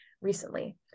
recently